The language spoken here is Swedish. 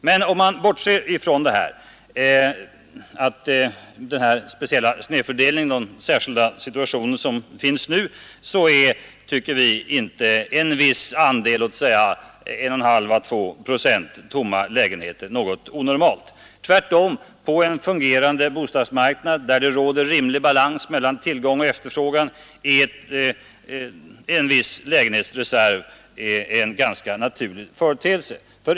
Men bortsett från de problem som nu vållats av denna snedfördelning finns det ingen anledning att se en viss andel outhyrda lägenheter som något onormalt. Tvärtom på en fungerande bostadsmarknad, där det råder rimlig balans mellan tillgång och efterfrågan, är en viss lägenhetsreserv en ganska naturlig företeelse.